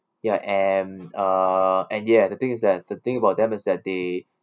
ya and uh and ya the thing is that the thing about them is that they